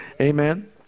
Amen